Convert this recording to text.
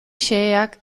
xeheak